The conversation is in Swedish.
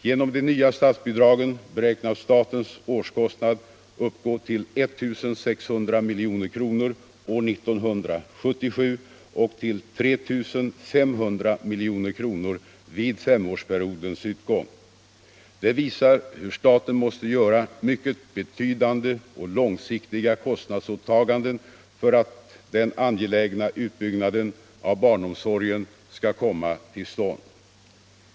Genom de nva statsbidragen beräknas statens årskostnad uppgå till 1600 milj.kr. år 1977 och till 3 500 milj.kr. vid femårsperiodens utgång. Det visar hur staten måste göra mycket betydande och långsiktiga kostnadsåtaganden för att den angelägna utbyggnaden av barnomsorgen skall komma till stånd.